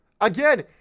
Again